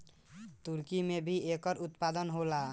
तुर्की में भी एकर उत्पादन होला